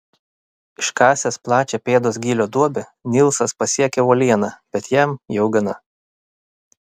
iškasęs plačią pėdos gylio duobę nilsas pasiekia uolieną bet jam jau gana